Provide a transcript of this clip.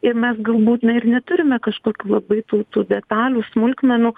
ir mes galbūt na ir neturime kažkokių labai tų tų detalių smulkmenų